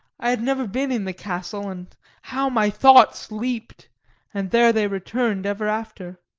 i had never been in the castle and how my thoughts leaped and there they returned ever after.